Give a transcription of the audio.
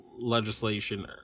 legislation